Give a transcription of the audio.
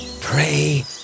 pray